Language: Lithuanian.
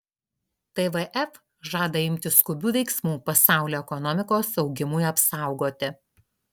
tvf žada imtis skubių veiksmų pasaulio ekonomikos augimui apsaugoti